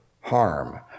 harm